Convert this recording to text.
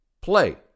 Play